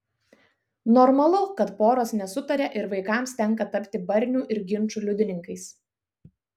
normalu kad poros nesutaria ir vaikams tenka tapti barnių ir ginčų liudininkais